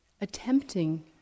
attempting